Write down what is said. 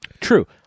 True